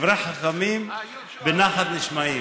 דברי חכמים בנחת נשמעים.